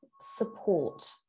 support